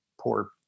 poor